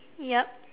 yup